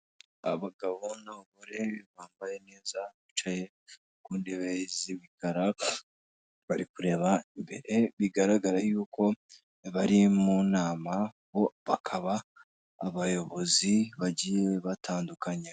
Abagabo n'abagore bambaye neza, bicaye ku ntebe z'imikara bari kureba imbere bigaragara yuko bari mu nama, bo bakaba abayobozi bagiye batandukanye.